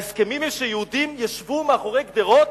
ההסכמים הם שיהודים ישבו מאחורי גדרות,